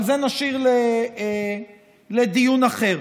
אבל את זה נשאיר לדיון אחר.